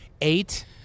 eight